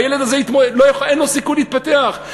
אין לו סיכוי להתפתח.